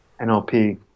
NLP